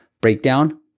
breakdown